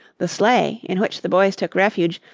the sleigh, in which the boys took refuge,